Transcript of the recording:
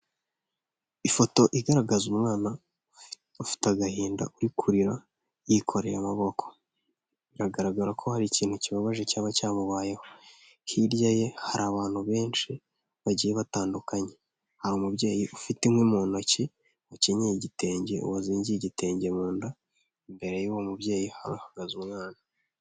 Ifoto igaragaza umwana ufite agahinda uri kurira yikoreye amaboko biragaragara ko hari ikintu kibabaje cyaba cyamubayeho hirya ye hari abantu benshi bagiye batandukanye hari umubyeyi ufite inkwi mu ntoki ukenyeye igitenge wazingiye igitenge mu nda imbere y'uwo mubyeyi hahagaze umwana.